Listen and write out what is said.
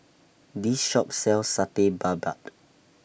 This Shop sells Satay Babat